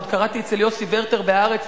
עוד קראתי אצל ורטר ב"הארץ",